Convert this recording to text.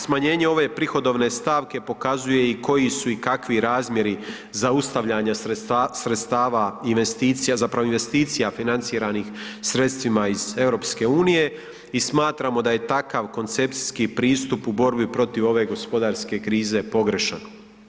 Smanjenje ove prihodovne stavke pokazuje i koji su i kakvi razmjeri zaustavljanja sredstava investicija, zapravo investicija financiranih sredstvima iz EU i smatramo da je takav koncepcijski pristup u borbi protiv ove gospodarske krize pogrešan.